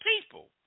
people